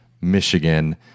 Michigan